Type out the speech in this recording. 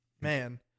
man